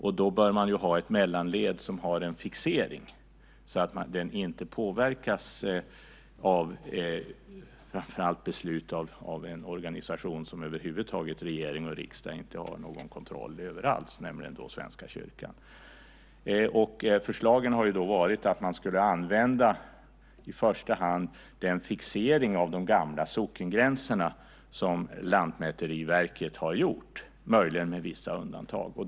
Man bör då ha ett mellanled som har en fixering så att det inte påverkas genom beslut av en organisation som regering och riksdag över huvud taget inte har någon kontroll över, nämligen Svenska kyrkan. Förslagen har varit att man skulle använda i första hand den fixering av de gamla sockengränser som Lantmäteriverket har gjort, möjligen med vissa undantag.